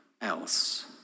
else